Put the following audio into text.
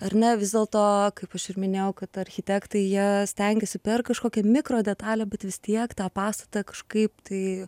ar ne vis dėlto kaip aš ir minėjau kad architektai jie stengiasi per kažkokią mikrodetalę bet vis tiek tą pastatą kažkaip tai